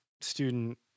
student